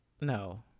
no